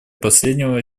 последнего